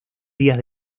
días